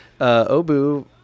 obu